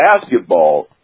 basketball